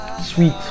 sweet